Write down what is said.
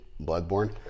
Bloodborne